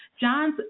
John's